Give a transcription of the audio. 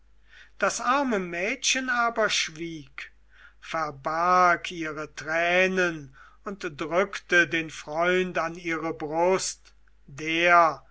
das arme mädchen aber schwieg verbarg ihre tränen und drückte den freund an ihre brust der